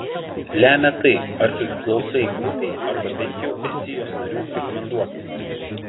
lemia tai ar priklausai grupei arba bent jau esi jos narių rekomenduotas